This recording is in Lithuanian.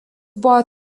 buvo